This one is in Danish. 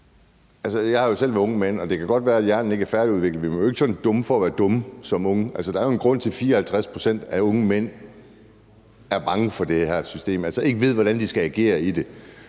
jeg har jo selv været en ung mand, og det kan godt være, at hjernen ikke er færdigudviklet, men vi er jo ikke sådan dumme for at være dumme som unge. Altså, der er jo en grund til, at 54 pct. af unge mænd er bange for det her system, altså ikke ved, hvordan de skal agere i det.